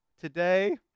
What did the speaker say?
today